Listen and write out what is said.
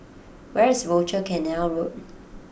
where is Rochor Canal Road